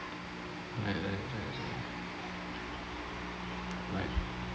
I enjoy right